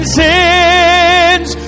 sins